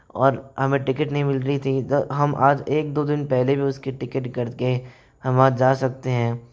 और हमें टिकेट नहीं मिल रही थी तो हम आज एक दो दिन पहले भी उकी टिकेट करके हम वहाँ जा सकते हैं